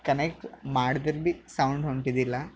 connect ಮಾಡದ್ರೂ ಭೀ sound ಹೊಂಟಿದಿಲ್ಲ